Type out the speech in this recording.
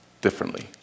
differently